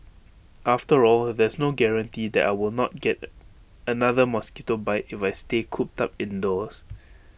after all there's no guarantee that I will not get another mosquito bite if I stay cooped up indoors